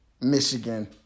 Michigan